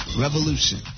revolution